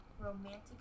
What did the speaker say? romantic